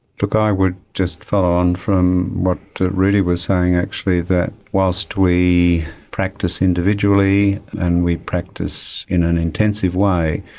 look, i would just follow on from what rudi was saying actually, that whilst we practice individually and we practice in an intensive way,